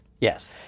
Yes